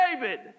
David